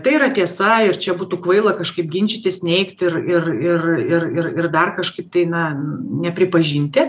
tai yra tiesa ir čia būtų kvaila kažkaip ginčytis neigt ir ir ir ir ir ir dar kažkaip tai na nepripažinti